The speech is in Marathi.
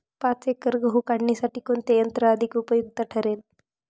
पाच एकर गहू काढणीसाठी कोणते यंत्र अधिक उपयुक्त ठरेल?